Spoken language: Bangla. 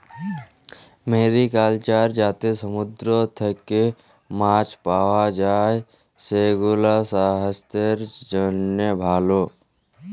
মেরিকালচার যাতে সমুদ্র থেক্যে মাছ পাওয়া যায়, সেগুলাসাস্থের জন্হে ভালো